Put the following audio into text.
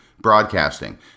broadcasting